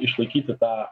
išlaikyti tą